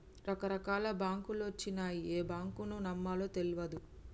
రకరకాల బాంకులొచ్చినయ్, ఏ బాంకును నమ్మాలో తెల్వదు